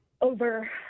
over